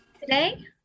today